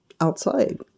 outside